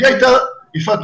יפעת,